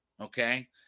okay